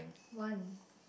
one